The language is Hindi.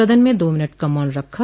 सदन में दो मिनट का मौन रखा